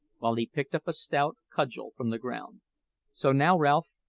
while he picked up a stout cudgel from the ground so now, ralph,